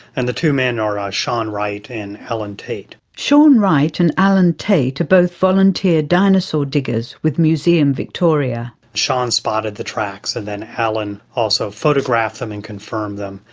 and the two men are ah sean wright and alan tait. sean wright and alan tait are both volunteer dinosaur diggers with museum victoria. sean spotted the tracks and then alan also photographed them and confirmed them,